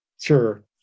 sure